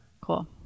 Cool